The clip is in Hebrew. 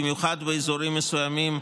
ובמיוחד באזורים מסוימים,